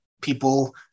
people